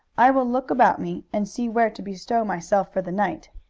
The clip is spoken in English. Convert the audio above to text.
i will look about me and see where to bestow myself for the night.